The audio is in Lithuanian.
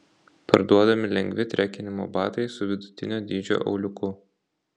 parduodami lengvi trekinimo batai su vidutinio dydžio auliuku